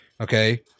Okay